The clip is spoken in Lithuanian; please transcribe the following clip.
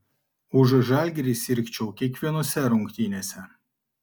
už žalgirį sirgčiau kiekvienose rungtynėse